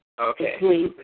Okay